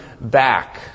back